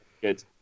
Good